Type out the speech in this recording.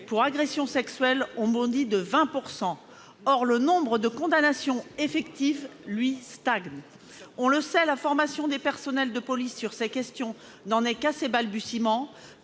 pour agression sexuelle ont bondi d'environ 20 %. Or le nombre de condamnations effectives, lui, stagne. On le sait, la formation des personnels de police sur ces questions n'en est qu'à ses balbutiements.